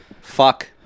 Fuck